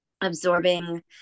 absorbing